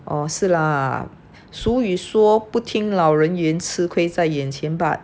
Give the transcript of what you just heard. oh 是 lah 俗语说不听老人言吃亏在眼前 but